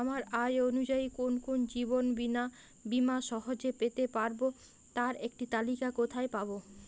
আমার আয় অনুযায়ী কোন কোন জীবন বীমা সহজে পেতে পারব তার একটি তালিকা কোথায় পাবো?